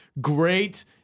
great